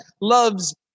loves